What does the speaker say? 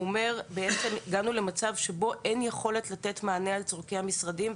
הוא אומר: הגענו למצב שבו אין יכולת לתת מענה על צורכי המשרדים,